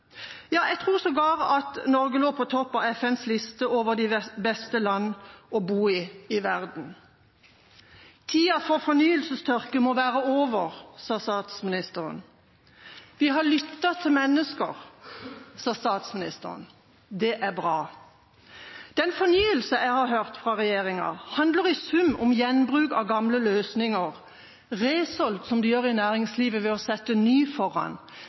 Jeg tror sågar at Norge lå på topp på FNs liste over de beste land å bo i i verden. Tida for fornyelsestørke må være over, sa statsministeren. Vi har lyttet til mennesker, sa statsministeren. Det er bra. Den fornyelse jeg har hørt regjeringa snakke om, handler i sum om gjenbruk av gamle løsninger, «resell» som de gjør i næringslivet ved å sette «ny» foran.